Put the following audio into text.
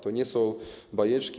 To nie są bajeczki.